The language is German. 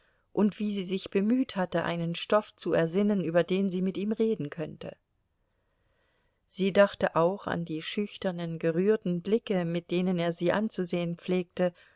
und wie sie sich bemüht hatte einen stoff zu ersinnen über den sie mit ihm reden könnte sie dachte auch an die schüchternen gerührten blicke mit denen er sie anzusehen pflegte